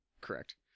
correct